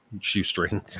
shoestring